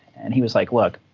and he was like, look,